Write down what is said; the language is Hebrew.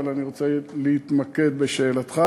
אבל אני רוצה להתמקד בשאלתך.